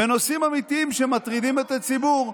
בנושאים האמיתיים שמטרידים את הציבור,